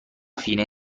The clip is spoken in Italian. fine